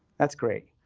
that's great.